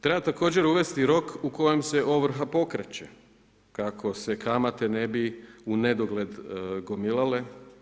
Treba također uvesti rok u kojem se ovrha pokreće kako se kamate ne bi unedogled gomilale.